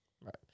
right